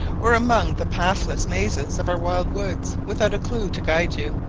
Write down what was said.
or among the pathless mazes of our wild woods, without a clue to guide you,